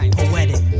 Poetic